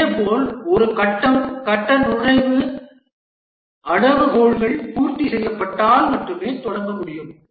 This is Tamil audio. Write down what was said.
இதேபோல் ஒரு கட்டம் கட்ட நுழைவு அளவுகோல்கள் பூர்த்தி செய்யப்பட்டால் மட்டுமே தொடங்க முடியும்